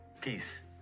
Peace